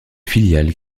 filiales